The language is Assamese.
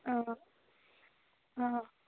অঁ অঁ